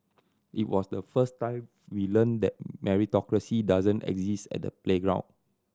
it was the first time we learnt that meritocracy doesn't exist at the playground